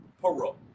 parole